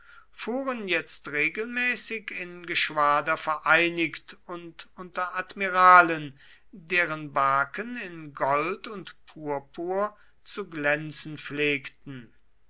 fuhren jetzt regelmäßig in geschwader vereinigt und unter admiralen deren barken in gold und purpur zu glänzen pflegten